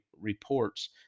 reports